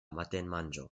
matenmanĝo